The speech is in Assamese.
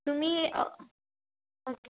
তুমি অঁ অ'কে